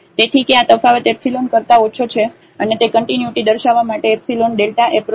તેથી કે આ તફાવત એપ્સીલોન કરતા ઓછો છે અને તે કન્ટિન્યુટી દર્શાવવા માટે એપ્સીલોન Δ અપ્રોચ છે